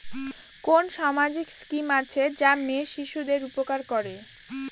কোন সামাজিক স্কিম আছে যা মেয়ে শিশুদের উপকার করে?